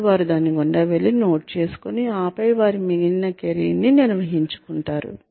అప్పుడు వారు దాని గుండా వెళ్లి నోట్ చేసుకుని ఆపై వారి మిగిలిన కెరీర్ నీ నిర్వహించుకుంటారు